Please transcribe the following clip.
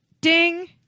Ding